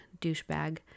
douchebag